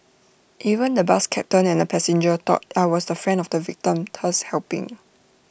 even the bus captain and A passenger thought I was the friend of the victim thus helping